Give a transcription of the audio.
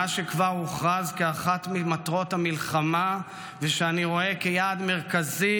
מה שכבר הוכרז כאחת ממטרות המלחמה ושאני רואה כיעד מרכזי,